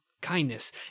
kindness